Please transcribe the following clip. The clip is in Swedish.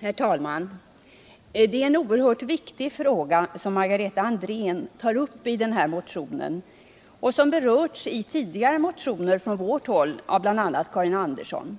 Herr talman! Det är en oerhört viktig fråga som Margareta Andrén tar upp i motionen 539 och som berörts i tidigare motioner från vårt håll, bl.a. av Karin Andersson.